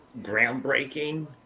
groundbreaking